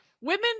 Women